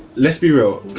let's be real.